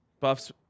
buffs